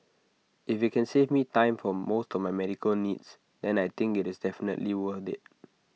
if IT can save me time for most of my medical needs then I think its definitely worth IT